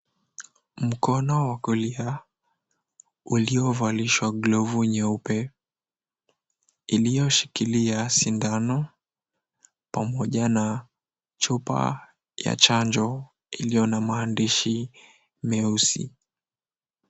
Mkono wa kulia uliovalishwa glovu nyeupe, ulioshikilia sindano pamoja na chupa ya chanjo iliyo na maandishi meusi.